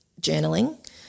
journaling